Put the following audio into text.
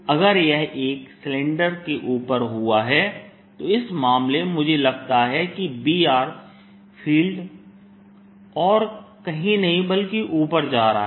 अगर यह एक सिलेंडर के ऊपर हुआ है तो इस मामले में मुझे लगता है कि B फील्ड और कहीं नहीं बल्कि ऊपर जा रहा है